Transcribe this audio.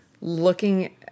looking